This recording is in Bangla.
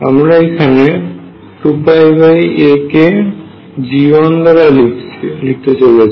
আমরা এখানে 2πa কে G1 দ্বারা লিখতে চলেছি